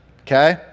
okay